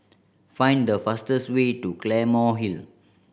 find the fastest way to Claymore Hill